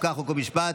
חוק ומשפט.